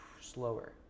slower